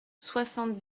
soixante